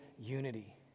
unity